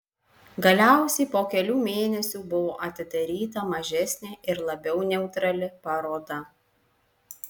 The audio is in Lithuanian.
galiausiai po kelių mėnesių buvo atidaryta mažesnė ir labiau neutrali paroda